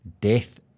death